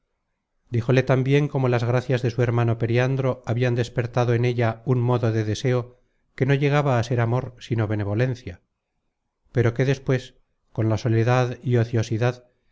díjole tambien como las gracias de su hermano periandro habian despertado en ella un modo de deseo que no llegaba á ser amor sino benevolencia pero que despues con la soledad y ociosidad